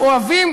חברת הכנסת לביא,